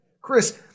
Chris